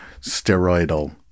steroidal